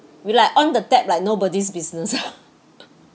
we like on the tap like nobody's business